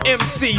mc